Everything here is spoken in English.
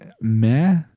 meh